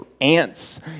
ants